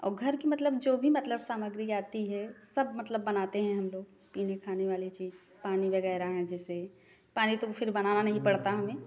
और घर की मतलब जो भी मतलब सामग्री आती है सब मतलब बनाते हैं हम लोग पीने खाने वाली चीज़ पानी वगैरह हैं जैसे पानी तो फिर बनाना नहीं पड़ता हमें